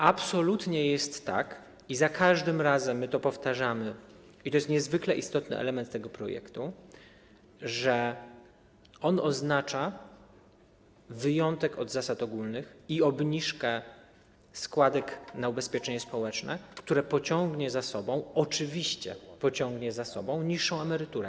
Absolutnie jest tak - i za każdym razem my to powtarzamy, i to jest niezwykle istotny element tego projektu - że on oznacza wyjątek od zasad ogólnych i obniżkę składek na ubezpieczenie społeczne, która pociągnie za sobą - oczywiście - niższą emeryturę.